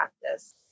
practice